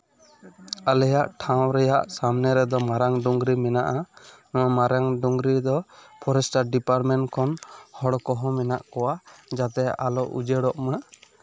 ᱟᱞᱮᱭᱟᱜ ᱴᱷᱟᱶ ᱨᱮᱭᱟᱜ ᱥᱟᱢᱱᱮ ᱨᱮᱫᱚ ᱢᱟᱨᱟᱝ ᱰᱩᱝᱨᱤ ᱢᱮᱱᱟᱜᱼᱟ ᱢᱟᱨᱟᱝ ᱰᱩᱝᱨᱤ ᱫᱚ ᱯᱷᱚᱨᱮᱥᱴᱟᱨ ᱰᱤᱯᱟᱨᱢᱮᱱᱴ ᱠᱷᱚᱱ ᱦᱚᱲ ᱠᱚᱦᱚᱸ ᱢᱮᱱᱟᱜ ᱠᱚᱣᱟ ᱡᱟᱛᱮ ᱟᱞᱚ ᱩᱡᱟᱹᱲᱚᱜᱼᱢᱟ